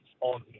on